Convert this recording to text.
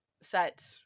set